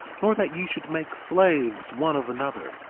nor that ye should make slaves one of another,